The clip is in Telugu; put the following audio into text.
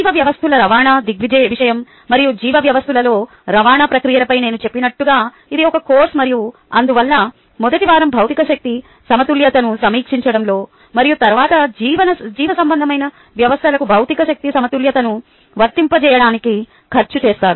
జీవ వ్యవస్థలు రవాణా దృగ్విషయం మరియు జీవ వ్యవస్థలలో రవాణా ప్రక్రియలపై నేను చెప్పినట్లుగా ఇది ఒక కోర్సు మరియు అందువల్ల మొదటి వారం భౌతిక శక్తి సమతుల్యతను సమీక్షించడంలో మరియు తరువాత జీవసంబంధమైన వ్యవస్థలకు భౌతిక శక్తి సమతుల్యతను వర్తింపజేయడానికి ఖర్చు చేస్తారు